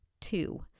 Two